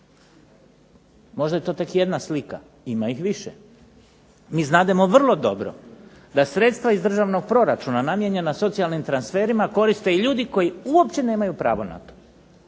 Možda je to tek jedna slika, ima ih više. Mi znamo vrlo dobro da sredstva iz državnog proračuna namijenjena socijalnim transferima koriste i ljudi koji uopće nemaju pravo na to,